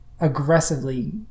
aggressively